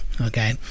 okay